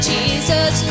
Jesus